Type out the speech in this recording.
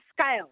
scale